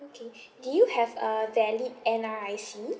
okay do you have a valid N_R_I_C